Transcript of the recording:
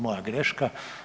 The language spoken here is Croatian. Moja greška.